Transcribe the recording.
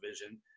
vision